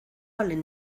valen